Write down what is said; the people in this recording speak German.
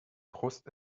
brust